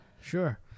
Sure